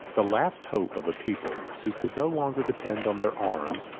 the last hope of a people who could no longer depend on their arms,